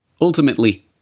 Ultimately